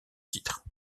titre